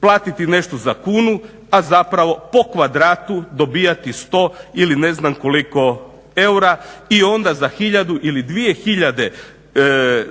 platiti nešto za kunu, a zapravo po kvadratu dobivati sto ili ne znam koliko eura. I onda za hiljadu ili dvije hiljade